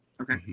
Okay